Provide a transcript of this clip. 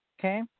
okay